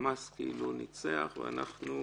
שהחמאס כאילו ניצח ואנחנו